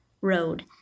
road